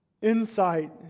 insight